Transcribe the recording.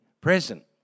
present